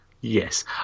Yes